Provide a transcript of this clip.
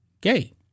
gay